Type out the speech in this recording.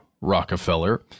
Rockefeller